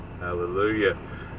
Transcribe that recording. hallelujah